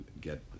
get